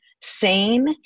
sane